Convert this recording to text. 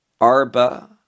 Arba